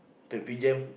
traffic jam